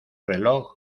reloj